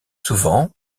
souvent